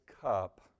cup